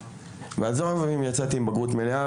ועזוב אם יצאתי עם בגרות מלאה,